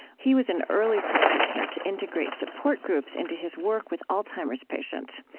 he was an early practitioner to integrate support groups into his work with alzheimer's patients.